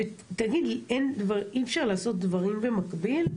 תגיד, אי אפשר לעשות דברים במקביל?